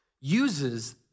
uses